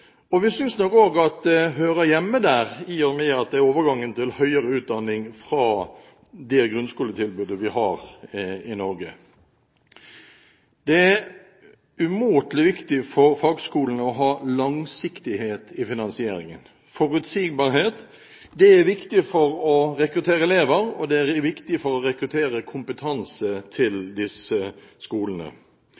og vi synes nok også at det hører hjemme der i og med at dette er overgangen til høyere utdanning fra det grunnskoletilbudet vi har i Norge. Det er umåtelig viktig for fagskolene å ha langsiktighet i finansieringen. Forutsigbarhet er viktig for å rekruttere elever, og det er viktig for å rekruttere kompetanse til